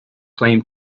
claim